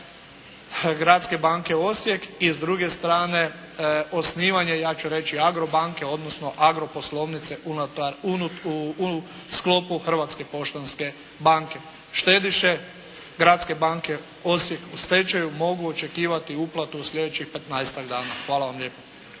Gradske banke Osijek i s druge strane osnivanje ja ću reći "Agrobanke" odnosno "Agroposlovnice" u sklopu Hrvatske poštanske banke. Štediše Gradske banke Osijek u stečaju mogu očekivati uplatu u sljedećih petnaestak dana. Hvala vam lijepo.